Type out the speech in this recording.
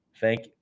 Thank